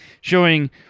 showing